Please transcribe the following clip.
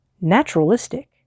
naturalistic